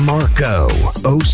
Marco